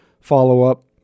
follow-up